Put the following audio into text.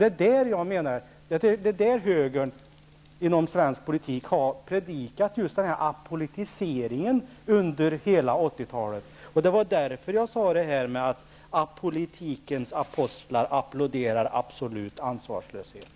Det är i detta sammanhang som högern inom svensk politik har predikat just denna apolitisering under hela 80-talet. Det var därför som jag sade att apolitikens apostlar applåderar absolut ansvarslöshet.